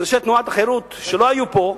אז אנשי תנועת החרות שלא היו פה,